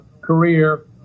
career